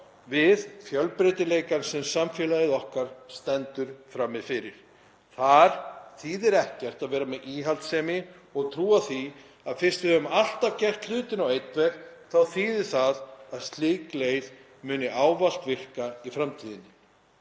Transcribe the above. við fjölbreytileikann sem samfélagið okkar stendur frammi fyrir. Þar þýðir ekkert að vera með íhaldssemi og trúa því að fyrst við höfum alltaf gert hlutina á einn veg þá þýði það að slík leið muni ávallt virka í framtíðinni.